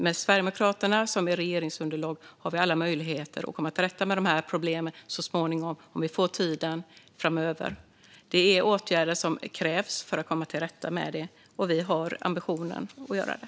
Med Sverigedemokraterna som regeringsunderlag känner jag att vi har alla möjligheter att så småningom komma till rätta med dessa problem, om vi får tiden framöver. Det är åtgärder som krävs för att komma till rätta med dem, och vi har ambitionen att göra det.